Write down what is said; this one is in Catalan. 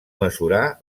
mesurar